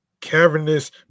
cavernous